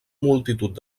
multitud